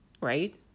Right